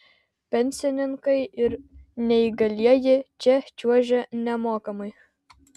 pensininkai ir neįgalieji čia čiuožia nemokamai